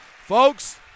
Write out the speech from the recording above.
Folks